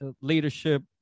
Leadership